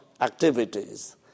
activities